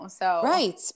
Right